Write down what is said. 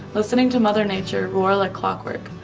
listening to mother nature roar like clockwork.